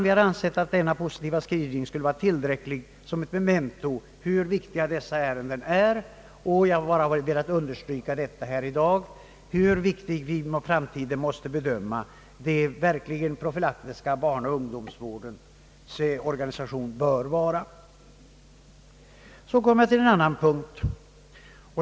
Vi har ansett denna skrivning vara tillräcklig såsom ett memento för dessa ärendens fortsatta behandling. Jag har i dag velat understryka hur betydelsefull denna organisation av den profylaktiska barnaoch ungdomsvården är för framtiden. Så kommer jag till en annan punkt.